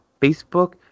Facebook